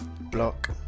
Block